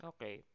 Okay